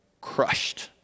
crushed